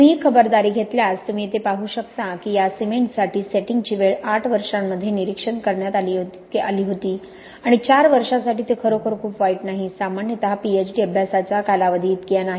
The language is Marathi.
तुम्ही ही खबरदारी घेतल्यास तुम्ही येथे पाहू शकता की या सिमेंटसाठी सेटिंगची वेळ 8 वर्षांमध्ये निरीक्षण करण्यात आली होती आणि 4 वर्षांसाठी ते खरोखर खूप वाईट नाही सामान्यत पीएचडी अभ्यासाच्या कालावधी इतकी नाही